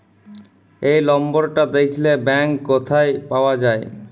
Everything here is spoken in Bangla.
এই লম্বরটা দ্যাখলে ব্যাংক ক্যথায় পাউয়া যায়